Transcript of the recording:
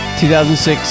2006